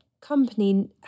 company